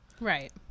Right